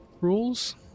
rules